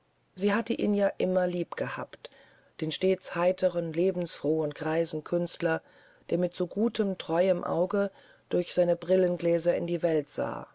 sie hatte ihn ja immer lieb gehabt den stets heiteren lebensfrohen greisen künstler der mit so gutem treuem auge durch seine brillengläser in die welt sah